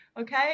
okay